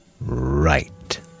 Right